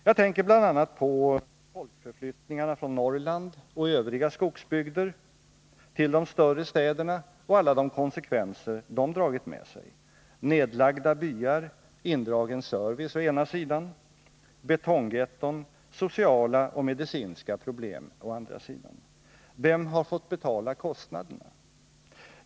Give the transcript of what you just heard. Jag tänker bl.a. på folkförflyttningarna från Norrland och övriga skogsbygder till de större städerna och alla de konsekvenser de dragit med sig — nedlagda byar, indragen service, å ena sidan, betonggetton, sociala och medicinska problem å andra sidan. Vem har fått betala kostnaderna?